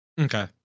okay